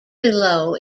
below